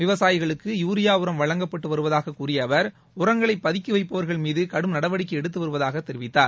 விவசாயிகளுக்கு யூரியா உரம் வழங்கப்பட்டு வருவதாக கூறிய அவர் உரங்களை பதுக்கி வைப்பவர்கள் மீது கடும் நடவடிக்கை எடுத்து வருவதாக தெரிவித்தார்